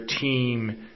team